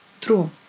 True